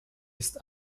ist